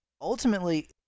ultimately